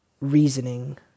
reasoning